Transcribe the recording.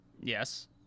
Yes